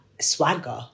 swagger